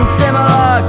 similar